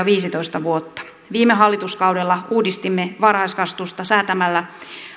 viisitoista vuotta viime hallituskaudella uudistimme varhaiskasvatusta säätämällä